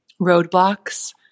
roadblocks